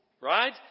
right